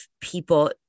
people